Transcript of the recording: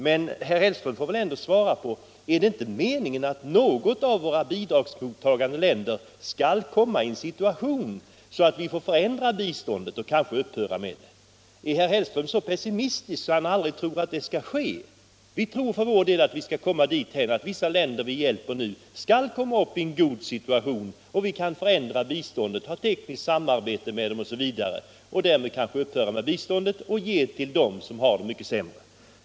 Herr Hellström får väl ändå svara: Är det inte meningen att något av våra bidragsmottagande länder skall komma i en sådan situation att bistånd kan förändras och kanske upphöra? Är herr Hellström så pessimistisk att han inte tror att det någonsin skall ske? Vi tror för vår del att vi skall komma dithän att vissa länder som vi hjälper nu skall uppnå en god situation, så att vi kan förändra relationerna, ha tekniskt samarbete med dem osv. och därmed kanske upphöra med biståndet och ge det till dem som har det mycket sämre.